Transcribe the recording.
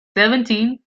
seventeen